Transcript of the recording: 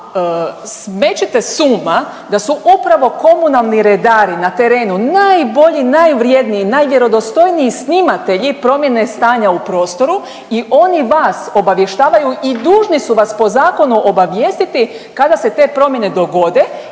smećete s uma da su upravo komunalni redari na terenu najbolji, najvrijedniji, najvjerodostojniji snimatelji promjene stanja u prostoru i oni vas obavještavaju i dužni su vas po zakonu obavijestiti kada se te promjene dogode